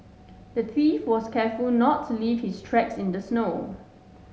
the thief was careful not to leave his tracks in the snow